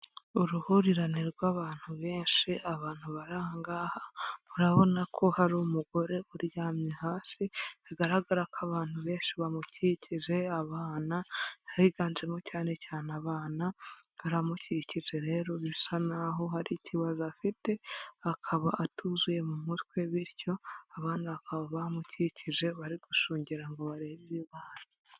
Uruhurirane rw'abantu benshi, abantu bari aha ngaha, murabona ko hari umugore uryamye hasi, bigaragara ko abantu benshi bamukikije, abana higanjemo cyane cyane abana baramukikije rero, bisa n'aho hari ikibazo afite, akaba atuzuye mu mutwe, bityo abandi bakaba bamukikije, bari gushungera ngo barebe ibibaye.